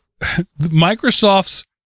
Microsoft's